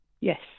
yes